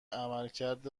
عملکرد